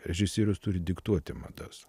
režisierius turi diktuoti madas